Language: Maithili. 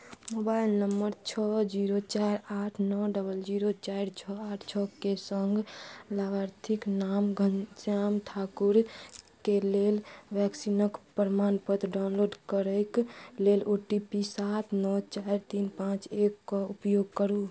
मोबाइल नम्बर छओ जीरो चारि आठ नओ डबल जीरो चारि छओ आठ छओके सङ्ग लाभार्थीक नाम घनश्याम ठाकुरके लेल वैक्सीनक प्रमाणपत्र डाउनलोड करैक लेल ओ टी पी सात नओ चारि तीन पाँच एकके उपयोग करू